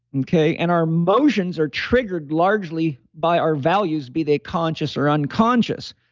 okay, and our emotions are triggered largely by our values be they conscious or unconscious.